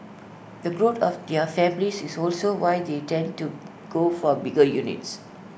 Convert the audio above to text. the growth of their families is also why they tend to go for bigger units